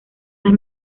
las